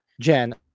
Jen